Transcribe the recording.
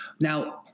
Now